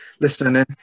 listening